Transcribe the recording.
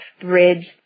bridge